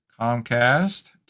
Comcast